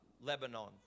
Lebanon